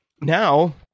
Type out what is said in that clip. Now